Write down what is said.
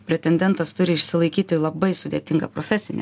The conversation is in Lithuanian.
pretendentas turi išsilaikyti labai sudėtingą profesinį